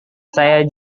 saya